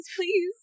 Please